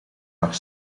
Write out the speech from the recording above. haar